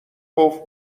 قفل